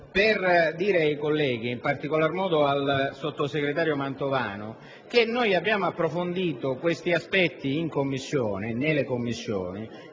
per dire ai colleghi - e in particolar modo al sottosegretario Mantovano - che abbiamo approfondito questi aspetti nelle Commissioni.